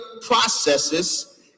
processes